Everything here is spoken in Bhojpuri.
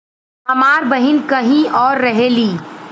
हमार बहिन कहीं और रहेली